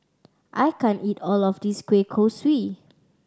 I can't eat all of this kueh kosui